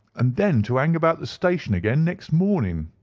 and then to hang about the station again next morning.